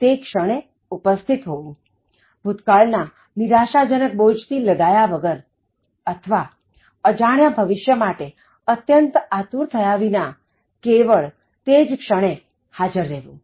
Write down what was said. તે ક્ષણે ઉપસ્થિત હોવું ભૂતકાળના નિરાશાજનક બોજ થી લદાયા વગર અથવા અજાણ્યા ભવિષ્ય માટે અત્યંત આતુર થયા વિના કેવળ તે ક્ષણે હાજર રહેવું